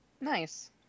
Nice